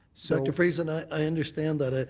so dr. friesen, i understand that. ah